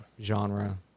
genre